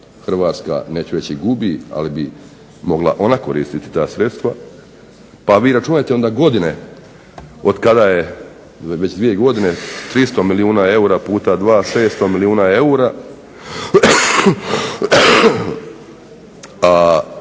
Hrvatska neću reći gubi ali bi mogla ona koristiti ta sredstva, pa vi računajte onda godine od kada je već dvije godine 300 milijuna eura puta 2, 600 milijuna eura